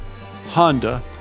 Honda